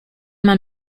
man